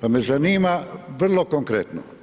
pa me zanima, vrlo konkretno.